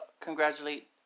congratulate